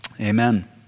amen